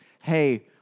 hey